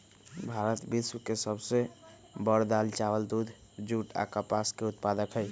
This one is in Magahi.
भारत विश्व के सब से बड़ दाल, चावल, दूध, जुट आ कपास के उत्पादक हई